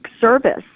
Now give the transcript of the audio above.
service